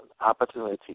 opportunity